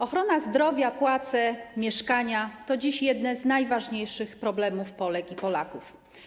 Ochrona zdrowia, płace, mieszkania to dziś jedne z najważniejszych problemów Polek i Polaków.